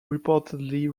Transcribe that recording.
reportedly